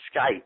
Skype